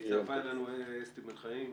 הצטרפה אלינו אסתי בן חיים.